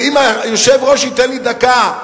ואם היושב-ראש ייתן לי דקה,